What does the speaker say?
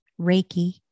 Reiki